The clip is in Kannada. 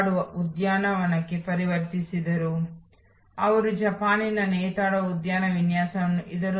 ಹೊಸ ಗ್ರಾಹಕರಿಗೆ ಇದು ಹೊಸ ಸೇವೆಯಾಗಿದೆ